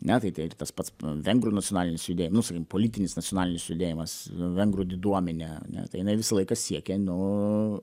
ne tai tai ir tas pats vengrų nacionalinis judėm nu sakim politinis nacionalinis judėjimas vengrų diduomenė ane tai jinai visą laiką siekė nu